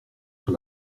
sur